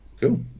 Cool